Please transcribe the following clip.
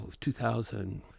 2000